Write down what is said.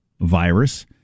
virus